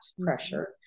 pressure